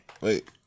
wait